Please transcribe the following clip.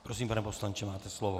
Prosím, pane poslanče, máte slovo.